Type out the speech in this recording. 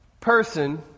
person